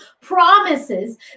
promises